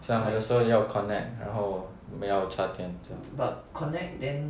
有时候你要 connect 然后没有叉电